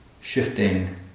shifting